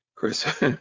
Chris